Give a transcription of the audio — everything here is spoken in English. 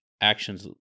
actions